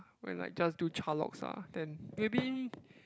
when like just do Cha-Locks ah then maybe